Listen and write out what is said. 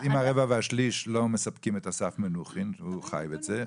רק אם הרבע והשליש לא מספקים את אסף מנוחין שהוא חי את זה,